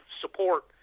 support